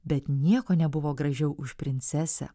bet nieko nebuvo gražiau už princesę